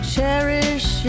Cherish